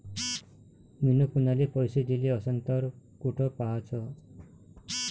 मिन कुनाले पैसे दिले असन तर कुठ पाहाचं?